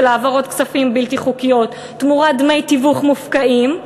העברות כספים בלתי חוקיות תמורת דמי תיווך מופקעים,